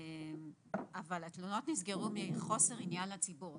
אבל התלונות נסגרו מחוסר עניין לציבור.